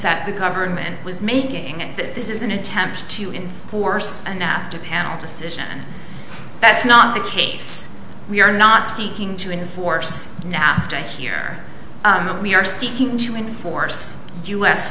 that the government was making that this is an attempt to enforce a nafta panel decision that's not the case we are not seeking to enforce nafta here we are seeking to enforce